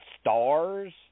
stars